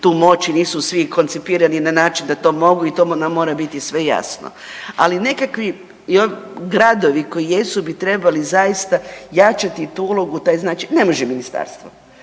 tu moć i nisu svi koncipirani na način da to mogu i to nam mora biti sve jasno. Ali nekakvi gradovi koji jesu bi trebali zaista jačati tu ulogu, to znači ne može ministarstvo.